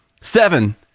Seven